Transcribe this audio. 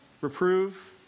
Reprove